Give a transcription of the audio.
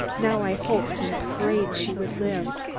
now i hoped and prayed she would live.